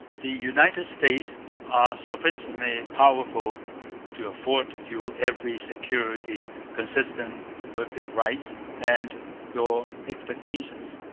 the united states are sufficiently powerful to afford you every security consistent with their rights and your expectations.